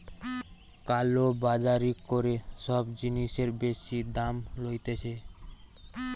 কালো বাজারি করে সব জিনিসের বেশি দাম লইতেছে